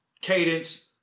cadence